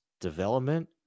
development